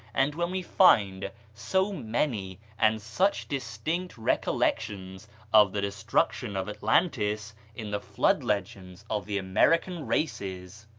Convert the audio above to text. and when we find so many and such distinct recollections of the destruction of atlantis in the flood legends of the american races,